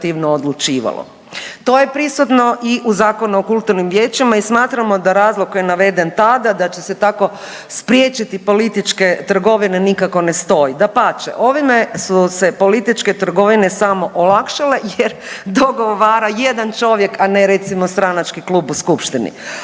To je prisutno i u Zakonu o kulturnim vijećima i smatramo da razlog koji je naveden tada da će se tako spriječiti političke trgovine nikako ne stoji. Dapače, ovime su se političke trgovine samo olakšale jer dogovara jedan čovjek, a ne recimo stranački klub u skupštini,